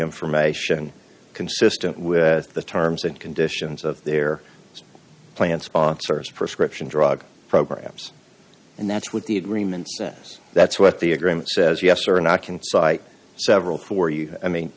information consistent with the terms and conditions of their plan sponsors prescription drug programs and that's what the agreement since that's what the agreement says yes or not can cite several for you i mean